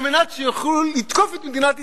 על מנת שיוכלו לתקוף את מדינת ישראל,